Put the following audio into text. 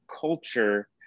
culture